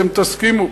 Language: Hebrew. אתם תסכימו.